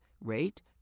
rate